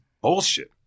bullshit